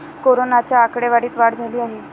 कोरोनाच्या आकडेवारीत वाढ झाली आहे